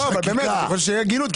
לא, אבל באמת, שיהיה הגינות.